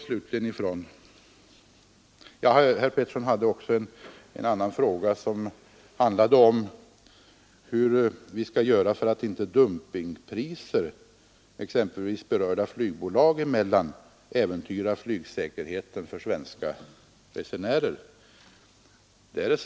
Herr Petersson frågade hur vi skall göra för att inte dumpingpriser, exempelvis berörda flygbolag emellan, skall äventyra flygsäkerheten för svenska resenärer.